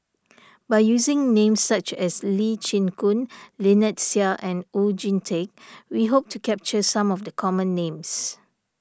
by using names such as Lee Chin Koon Lynnette Seah and Oon Jin Teik we hope to capture some of the common names